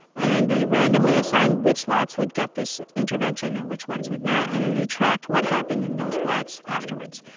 and they randomly assigned which lots would get this intervention and which ones would not. and then they tracked what happened in those lots afterwards.